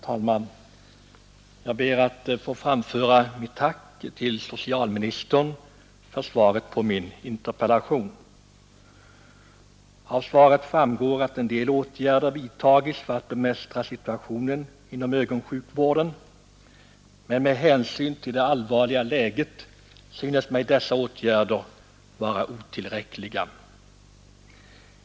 Herr talman! Jag ber att få framföra mitt tack till socialministern för svaret på min interpellation. Av detsamma framgår att en del åtgärder har vidtagits för att bemästra situationen inom ögonsjukvården, men med hänsyn till det allvarliga läget synes mig dessa åtgärder vara otillräckliga.